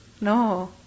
No